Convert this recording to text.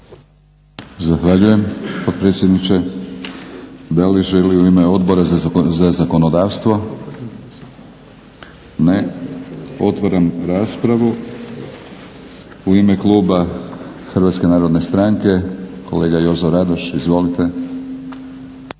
Zahvaljujem potpredsjedniče. Da li želi u ime Odbora za zakonodavstvo? Ne. Otvaram raspravu. U ime kluba HNS-a, kolega Jozo Radoš. Izvolite.